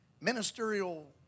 ministerial